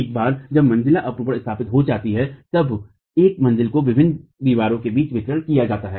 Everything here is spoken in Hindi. एक बार जब मंजिला अपरूपण स्थापित हो जाती है तब एक मंजिला को विभिन्न दीवारों के बीच वितरित किया जाता है